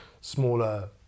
smaller